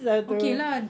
okay lah